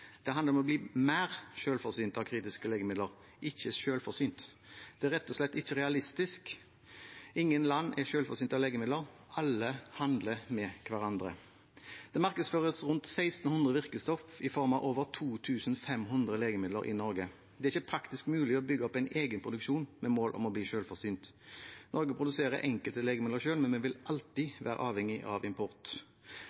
Det handler om å bli mer selvforsynt med kritiske legemidler, ikke selvforsynt. Det er rett og slett ikke realistisk. Ingen land er selvforsynte med legemidler. Alle handler med hverandre. Det markedsføres rundt 1 600 virkestoffer i form av over 2 500 legemidler i Norge. Det er ikke praktisk mulig å bygge opp en egenproduksjon med mål om å bli selvforsynt. Norge produserer enkelte legemidler selv, men vil alltid